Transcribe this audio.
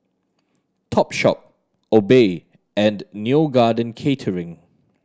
Topshop Obey and Neo Garden Catering